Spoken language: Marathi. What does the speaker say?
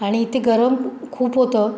आणि इथे गरम खूप होतं